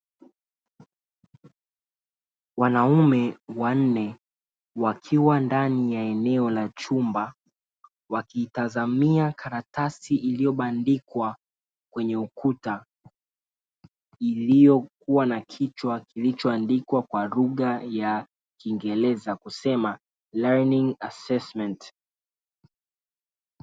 Wanaume wanne wakiwa ndani ya eneo la chumba wakitazamia karatasi iliyobandikwa kwenye ukuta iliyokuwa na kichwa kilichoandikwa kwa lugha ya kiingereza kusema "learning assessment".